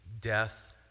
death